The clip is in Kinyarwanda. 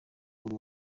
buri